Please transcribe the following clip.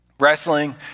wrestling